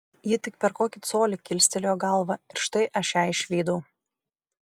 ji tik per kokį colį kilstelėjo galvą ir štai aš ją išvydau